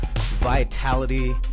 vitality